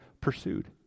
pursued